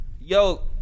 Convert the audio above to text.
Yo